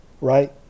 Right